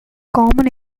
common